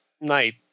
night